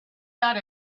got